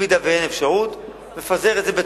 אם אין אפשרות אני מפזר את זה,